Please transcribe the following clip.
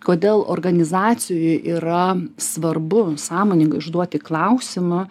kodėl organizacijoj yra svarbu sąmoningai užduoti klausimą